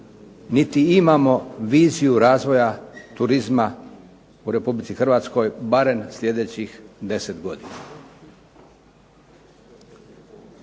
niti imamo viziju razvoja turizma u Republici Hrvatskoj barem slijedećih deset godina.